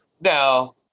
No